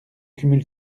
cumule